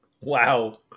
Wow